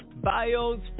Bios